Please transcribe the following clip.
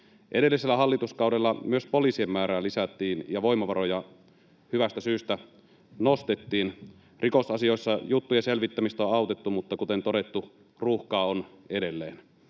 Edellisellä hallituskaudella myös poliisien määrää lisättiin ja voimavaroja hyvästä syystä nostettiin. Rikosasioissa juttujen selvittämistä on autettu, mutta kuten todettu, ruuhkaa on edelleen.